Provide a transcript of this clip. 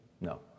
No